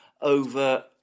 over